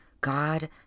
God